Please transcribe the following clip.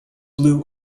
blue